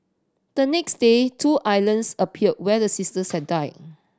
the next day two islands appeared where the sisters had died